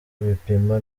ibipimo